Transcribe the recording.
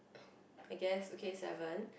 I guess okay seven